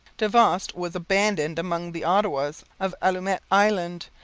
davost was abandoned among the ottawas of allumette island,